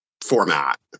format